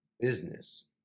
Business